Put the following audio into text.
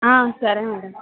సరే మ్యాడం